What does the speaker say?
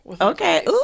okay